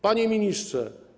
Panie Ministrze!